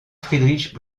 friedrich